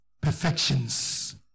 perfections